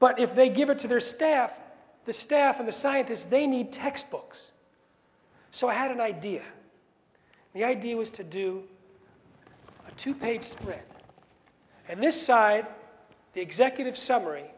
but if they give it to their staff the staff of the scientists they need textbooks so i had an idea the idea was to do a two page split and this side the executive summary